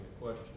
question